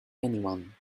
anyone